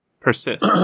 persist